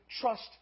trust